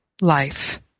life